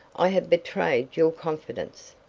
i have betrayed your confidence.